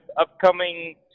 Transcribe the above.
upcoming